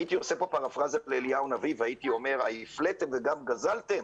הייתי עושה פה פרפראזה לאליהו הנביא ואומר: ההפלתם וגם גזלתם?